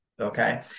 Okay